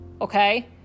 Okay